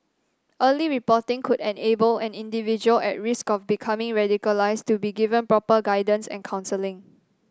early reporting could enable an individual at risk of becoming radicalised to be given proper guidance and counselling